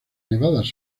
nevadas